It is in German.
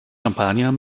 champagner